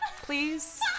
please